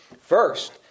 First